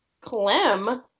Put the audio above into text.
Clem